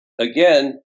again